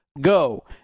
go